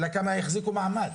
השאלה כמה יחזיקו מעמד.